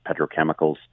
petrochemicals